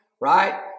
right